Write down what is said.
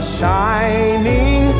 shining